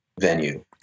venue